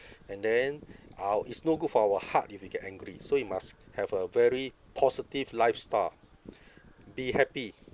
and then uh it's no good for our heart if we get angry so we must have a very positive lifestyle be happy